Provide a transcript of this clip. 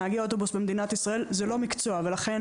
נהגי אוטובוס במדינת ישראל זה לא מקצוע ולכן